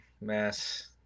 Mass